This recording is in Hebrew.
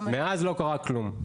מאז לא קרה כלום.